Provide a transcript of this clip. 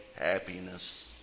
happiness